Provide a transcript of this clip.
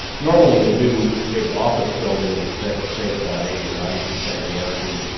normally in a new big office building we expect to save about eighty or ninety percent of the energy,